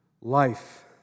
Life